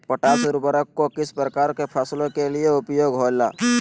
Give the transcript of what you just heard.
Potash उर्वरक को किस प्रकार के फसलों के लिए उपयोग होईला?